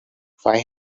five